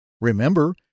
Remember